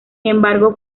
embargo